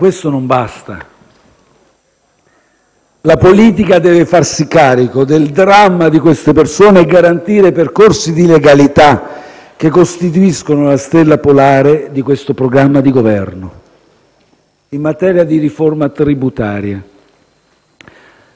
questo non basta: la politica deve farsi carico del dramma di queste persone e garantire percorsi di legalità, che costituiscono la stella polare di questo programma di Governo. In materia di riforma tributaria,